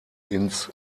ins